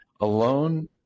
alone